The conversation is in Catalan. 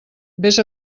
vés